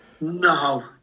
No